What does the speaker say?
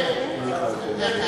נגד.